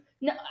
No